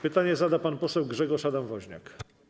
Pytanie zada pan poseł Grzegorz Adam Woźniak.